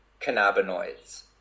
cannabinoids